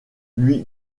lui